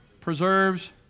Preserves